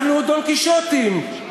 אנחנו דון-קישוטים,